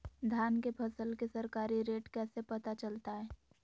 धान के फसल के सरकारी रेट कैसे पता चलताय?